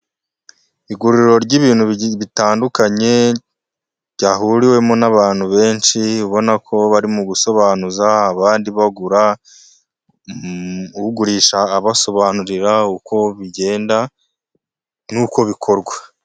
Iguriro ry'ibintu bitandukanye ryahuriwemo n'abantu benshi, ubona ko bari mu gusobanuza, abandi bagura, ugurisha abasobanurira uko bigenda n'uko bikorwa.